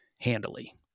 handily